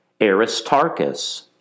Aristarchus